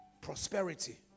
Prosperity